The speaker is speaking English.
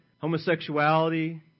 homosexuality